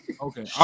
Okay